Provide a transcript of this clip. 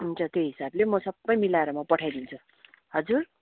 हुन्छ त्यो हिसाबले म सबै मिलाएर म पठाइदिन्छु हजुर